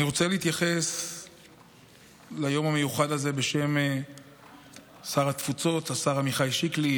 אני רוצה להתייחס ליום המיוחד הזה בשם שר התפוצות השר עמיחי שיקלי,